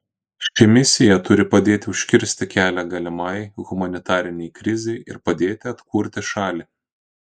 ši misija turi padėti užkirsti kelią galimai humanitarinei krizei ir padėti atkurti šalį